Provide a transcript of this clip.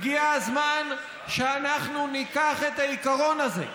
הגיע הזמן שניקח את העיקרון הזה,